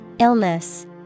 Illness